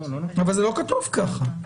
אבל זה לא כתוב ככה.